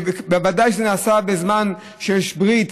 ובוודאי כשזה נעשה בזמן שיש ברית,